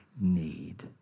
need